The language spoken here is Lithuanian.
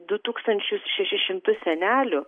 du tūkstančius šešis šimtus senelių